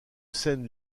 scène